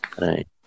right